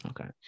Okay